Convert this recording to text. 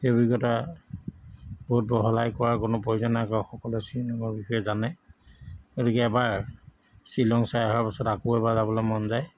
সেই অভিজ্ঞতা বহুত বহলাই কোৱাৰ কোনো প্ৰয়োজন নাই কিয় সকলোৱে শ্বিলঙৰ বিষয়ে জানে গতিকে এবাৰ শ্বিলং চাই অহাৰ পাছত আকৌ এবাৰ যাবলৈ মন যায়